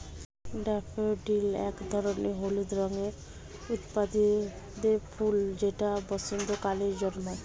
daffodil এক ধরনের হলুদ রঙের উদ্ভিদের ফুল যেটা বসন্তকালে জন্মায়